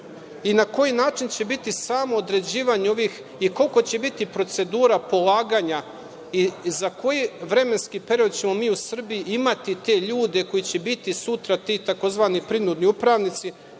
i na koji način će biti samo određivanje i kakva će biti procedura polaganja i za koji vremenski period ćemo mi u Srbiji imati te ljude koji će biti sutra ti tzv. prinudni upravnici?